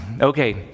Okay